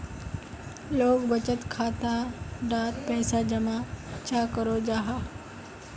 लोग बचत खाता डात पैसा जमा चाँ करो जाहा?